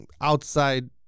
outside